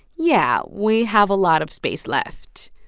yeah, we have a lot of space left.